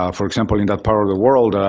um for example, in that part of the world,